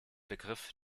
begriff